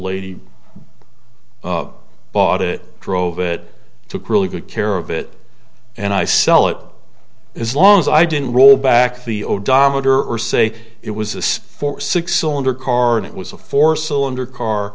lady bought it drove it took really good care of it and i sell it as long as i didn't roll back the odometer or say it was a spy for six cylinder car and it was a four cylinder car